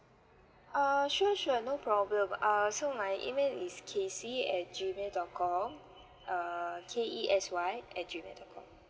ah sure sure no problem uh so my email is kesy at G mail dot com err K E S Y at G mail dot com